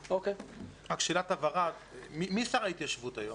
שאלת הבהרה, מי שר ההתיישבות היום?